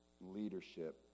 leadership